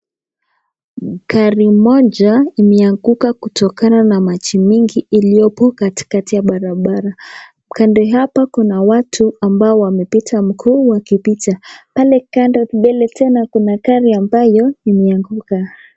Gari moja imeanguka kutokana na maji mingi iliyopo katikati ya barabara. Kando hapa kuna watu ambao wamepita mkuu wakipita. Pale kando mbele tena kuna kari ambayo imeanguka.